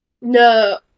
No-